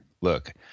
look